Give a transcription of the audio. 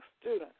student